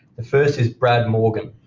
the first is brad morgan.